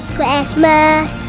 Christmas